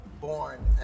born